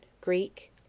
Greek